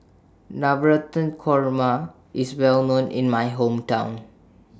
Navratan Korma IS Well known in My Hometown